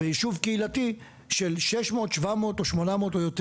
היישוב הזה בעצם קיומו במרחב נותן